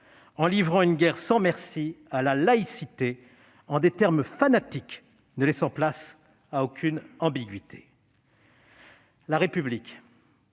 à livrer une guerre sans merci à la laïcité, en des termes fanatiques ne laissant place à aucune ambiguïté. La République